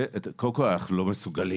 קודם כל אנחנו לא מסוגלים,